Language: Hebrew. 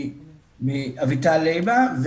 אביטל לייבה,